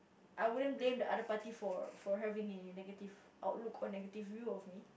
I wouldn't blame the other party for for having a negative outlook or negative view of me